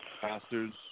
Pastors